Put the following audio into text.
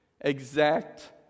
Exact